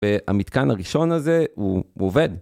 והמתקן הראשון הזה הוא, הוא עובד.